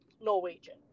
Norwegian